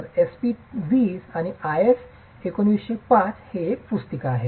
तर SP 20 IS 1905 चे एक पुस्तिका आहे